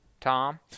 Tom